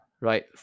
right